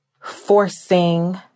forcing